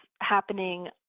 happening